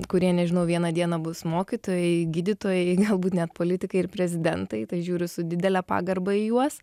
kurie nežinau vieną dieną bus mokytojai gydytojai galbūt net politikai ir prezidentai tai žiūriu su didele pagarba į juos